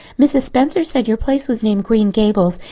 mrs. spencer said your place was named green gables.